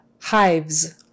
Hives